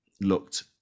looked